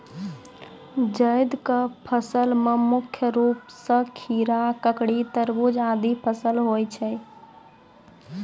जैद क फसल मे मुख्य रूप सें खीरा, ककड़ी, तरबूज आदि फसल होय छै